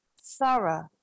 Thorough